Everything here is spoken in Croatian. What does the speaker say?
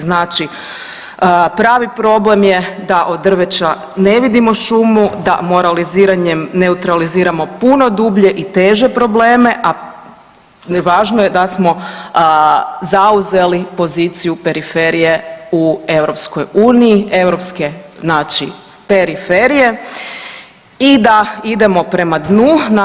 Znači pravi problem je da od drveća ne vidimo šumu, da moraliziranjem neutraliziramo puno dublje i teže probleme, a važno je da smo zauzeli poziciju periferije u EU, europske znači periferije i da idemo prema dnu.